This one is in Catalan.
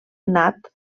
nat